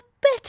better